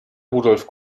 rudolf